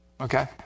okay